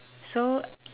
so